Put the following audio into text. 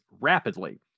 rapidly